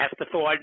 afterthought